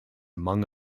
among